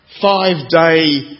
five-day